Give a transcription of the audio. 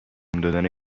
دادن